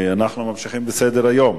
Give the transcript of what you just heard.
אנחנו ממשיכים בסדר-היום.